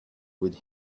would